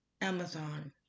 Amazon